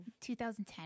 2010